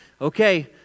Okay